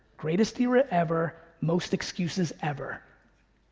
greatest era ever, most excuses ever.